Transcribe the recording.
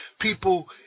People